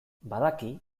badaki